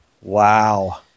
Wow